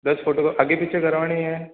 दस फोटो आगे पीछे करवानी है